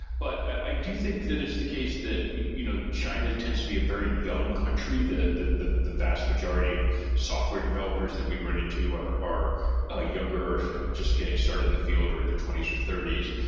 but i do think that it's the case that you know china' tends to be a very young country, the the vast majority of software developers that we run into are are ah younger or have just getting started in the field or in their twenty s or thirty s,